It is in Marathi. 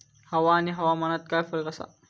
हवा आणि हवामानात काय फरक असा?